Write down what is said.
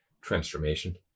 transformation